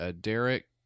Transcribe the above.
Derek